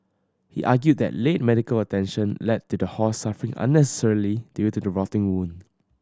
he argued that late medical attention led to the horse suffering unnecessarily due to the rotting wound